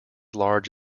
large